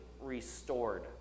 restored